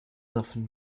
often